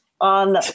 on